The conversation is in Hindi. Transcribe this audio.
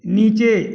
नीचे